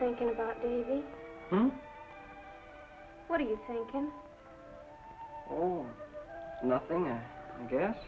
thinking about what do you think oh nothing i guess